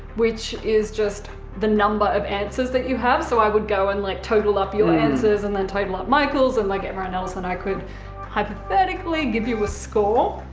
which is just the number of answers that you have. so i would go and like total up your answers and then total up michael's and, like, everyone else. and i could hypothetically give you a score.